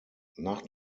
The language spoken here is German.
nach